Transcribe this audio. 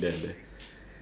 cash on you